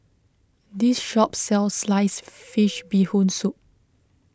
this shop sells Sliced Fish Bee Hoon Soup